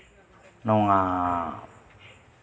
ᱱᱚᱣᱟ